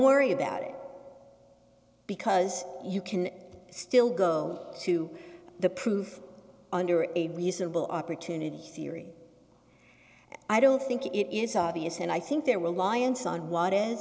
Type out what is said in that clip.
worry about it because you can still go to the prove under a reasonable opportunity sciri i don't think it is obvious and i think there were alliance on what i